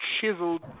chiseled